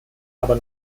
aber